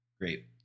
Great